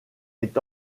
est